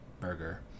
burger